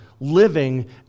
living